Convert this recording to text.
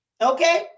Okay